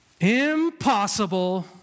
Impossible